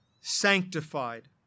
sanctified